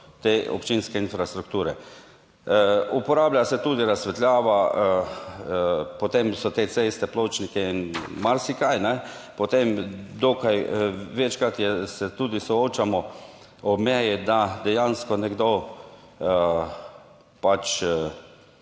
te občinske infrastrukture. Uporablja se tudi razsvetljava, potem so te ceste, pločniki in marsikaj. Potem dokaj večkrat se tudi soočamo ob meji, da dejansko nekdo pač